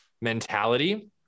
mentality